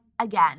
Again